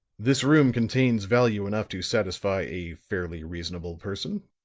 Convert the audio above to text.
this room contains value enough to satisfy a fairly reasonable person.